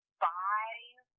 five